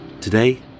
Today